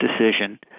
decision